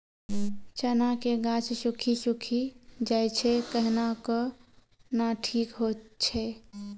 चना के गाछ सुखी सुखी जाए छै कहना को ना ठीक हो छै?